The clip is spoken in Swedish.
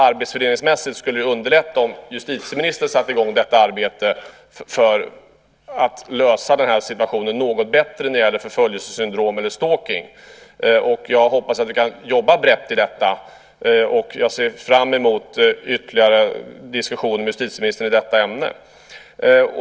Arbetsfördelningsmässigt skulle det underlätta om justitieministern satte i gång detta arbete för att lösa situationen något bättre när det gäller förföljelsesyndrom eller stalking . Jag hoppas att vi kan jobba brett med detta. Jag ser fram emot ytterligare diskussioner med justitieministern i detta ämne.